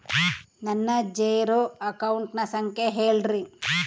ನನ್ನ ಜೇರೊ ಅಕೌಂಟಿನ ಸಂಖ್ಯೆ ಹೇಳ್ರಿ?